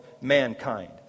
mankind